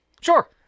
Sure